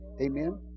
Amen